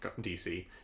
DC